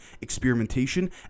experimentation